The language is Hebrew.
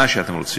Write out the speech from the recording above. מה שאתם רוצים.